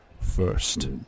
First